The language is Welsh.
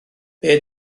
beth